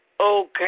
Okay